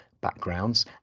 backgrounds